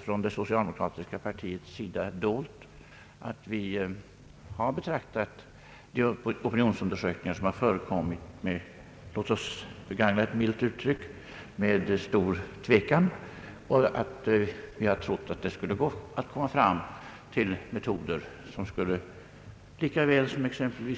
Från det socialdemokratiska partiets sida har vi inte dolt att vi har betraktat de opinionsundersökningar som förekommit med — låt oss begagna ett milt uttryck — stor tvekan. Vi hade också trott att det skulle ha varit möjligt att komma fram till metoder vilka lika väl som